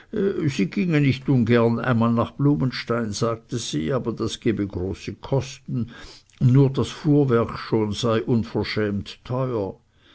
sie ginge nicht ungern einmal nach blumenstein sagte sie aber das gebe große kosten nur schon das fuhrwerk sei unverschämt teuer